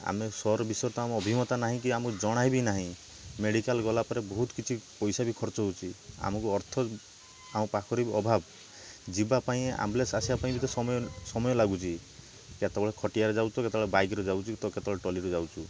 ଆମେ ସହର ବିଷୟରେ ତ ଆମର ଅଭିଜ୍ଞତା ନାହିଁ କି ଆମକୁ ଜଣାଇ ବି ନାହିଁ ମେଡ଼ିକାଲ୍ ଗଲାପରେ ବହୁତ କିଛି ପଇସା ବି ଖର୍ଚ୍ଚ ହେଉଛି ଆମକୁ ଅର୍ଥ ଆମ ପାଖରେ ବି ଅଭାବ ଯିବାପାଇଁ ଆମ୍ବୁଲାନ୍ସ ଆସିବାପାଇଁ ବି ତ ସମୟ ସମୟ ଲାଗୁଛି କେତେବେଳେ ଖଟିଆରେ ଯାଉଛୁ ତ କେତେବେଳେ ବାଇକ୍ରେ ଯାଉଛୁ ତ କେତେବେଳେ ଟ୍ରଲିରେ ଯାଉଛୁ